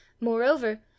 Moreover